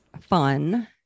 fun